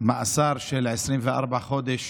מאסר של 24 חודש